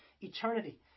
eternity